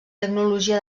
tecnologia